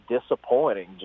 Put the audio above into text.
disappointing